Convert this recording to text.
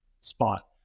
spot